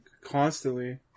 constantly